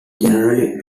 generally